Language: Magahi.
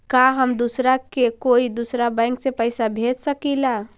का हम दूसरा के कोई दुसरा बैंक से पैसा भेज सकिला?